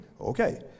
Okay